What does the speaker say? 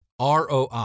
ROI